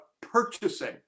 purchasing